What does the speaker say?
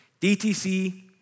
DTC